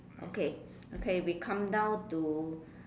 okay okay we come down to